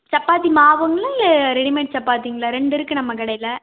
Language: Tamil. சப்பாத்தி மாவுங்களா இல்லை ரெடிமேட் சப்பாத்திங்களா ரெண்டு இருக்கு நம்ம கடையில்